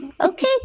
Okay